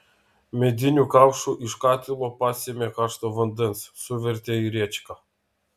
mediniu kaušu iš katilo pasėmė karšto vandens suvertė į rėčką